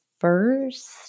first